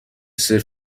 صفر